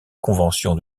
convention